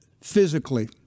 physically